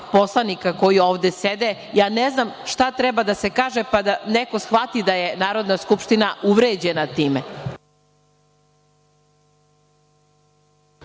poslanika koji ovde sede, ja ne znam šta treba da se kaže, pa da neko shvati da je Narodna skupština uvređena time.